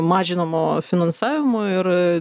mažinamo finansavimo ir